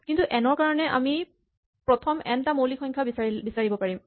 যিকোনো এন ৰ কাৰণে আমি প্ৰথম এন টা মৌলিক সংখ্যা বিচাৰিব পাৰিম